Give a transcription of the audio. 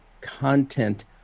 content